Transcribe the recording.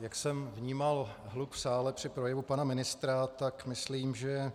Jak jsem vnímal hluk v sále při projevu pana ministra, tak myslím, že